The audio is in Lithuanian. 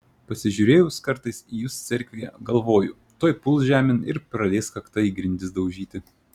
pasižiūrėjus kartais į jus cerkvėje galvoju tuoj puls žemėn ir pradės kakta į grindis daužyti